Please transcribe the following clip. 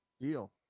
deal